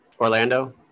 Orlando